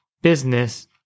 business